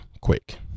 quick